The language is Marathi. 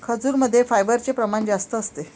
खजूरमध्ये फायबरचे प्रमाण जास्त असते